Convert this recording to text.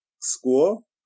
school